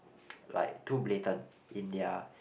like too blatant in their